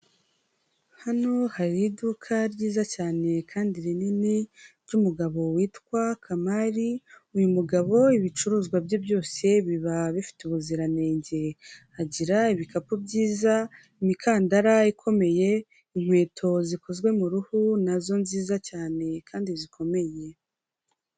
Hano hari iduka ryiza cyane kandi rinini ry'umugabo witwa Kamari, uyu mugabo ibicuruzwa bye byose biba bifite ubuziranenge, agira ibikapu byiza, imikandara ikomeye, inkweto zikozwe mu ruhu nazo nziza cyane kandi zikomeye.